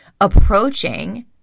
approaching